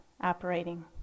operating